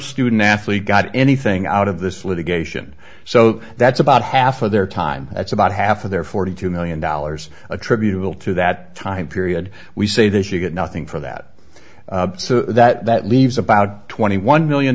student athlete got anything out of this litigation so that's about half of their time that's about half of their forty two million dollars attributable to that time period we say this you get nothing for that so that leaves about twenty one million